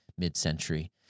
mid-century